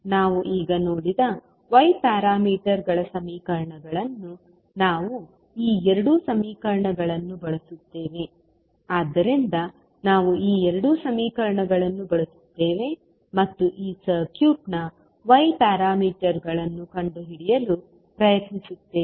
ನಾವು ಈಗ ನೋಡಿದ y ಪ್ಯಾರಾಮೀಟರ್ಗಳ ಸಮೀಕರಣಗಳನ್ನು ನಾವು ಈ ಎರಡು ಸಮೀಕರಣಗಳನ್ನು ಬಳಸುತ್ತೇವೆ ಆದ್ದರಿಂದ ನಾವು ಈ ಎರಡು ಸಮೀಕರಣಗಳನ್ನು ಬಳಸುತ್ತೇವೆ ಮತ್ತು ಈ ಸರ್ಕ್ಯೂಟ್ನ y ಪ್ಯಾರಾಮೀಟರ್ಗಳನ್ನು ಕಂಡುಹಿಡಿಯಲು ಪ್ರಯತ್ನಿಸುತ್ತೇವೆ